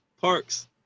parks